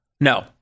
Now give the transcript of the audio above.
No